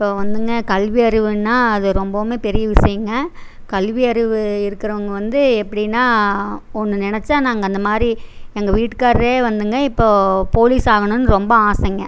இப்போ வந்துங்க கல்வியறிவுன்னா அது ரொம்பவும் பெரிய விஷயம்ங்க கல்வியறிவு இருக்குறவங்க வந்து எப்படின்னா ஒன்று நெனைச்சா நாங்கள் அந்த மாதிரி எங்கள் வீட்டுக்காரரே வந்துங்க இப்போது போலீஸ் ஆகணும்னு ரொம்ப ஆசைங்க